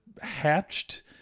hatched